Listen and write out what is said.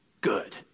Good